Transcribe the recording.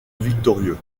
victorieux